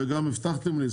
וגם הבטחתם לי,